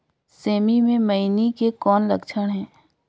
सेमी मे मईनी के कौन लक्षण हे?